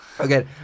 Okay